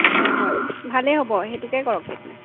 হয় হয় ভালেই হ'ব সেইটোকে কৰক তেতিয়া